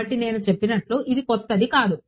కాబట్టి నేను చెప్పినట్లు ఇది కొత్తది కాదు